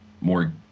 more